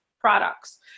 products